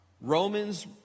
Romans